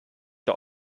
der